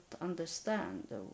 understand